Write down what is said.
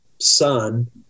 son